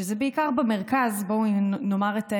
שזה בעיקר במרכז, בואו נאמר את האמת,